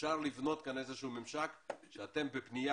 שאפשר לבנות כאן איזשהו ממשק שאתם בפנייה